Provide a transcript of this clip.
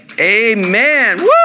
Amen